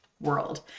world